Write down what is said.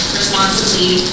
responsibly